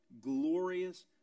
glorious